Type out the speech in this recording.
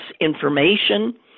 information